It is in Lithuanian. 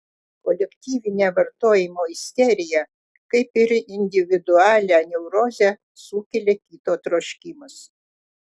kolektyvinę vartojimo isteriją kaip ir individualią neurozę sukelia kito troškimas